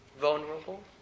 vulnerable